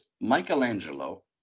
Michelangelo